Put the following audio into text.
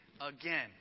again